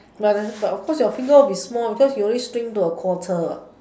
but the but of course your finger will be small because you shrink to a quarter what